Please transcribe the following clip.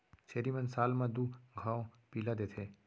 छेरी मन साल म दू घौं पिला देथे